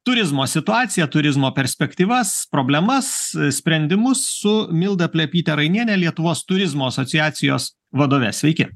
turizmo situaciją turizmo perspektyvas problemas sprendimus su milda plepyte rainiene lietuvos turizmo asociacijos vadove sveiki